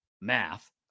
math